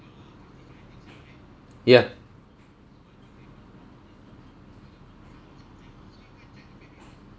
ya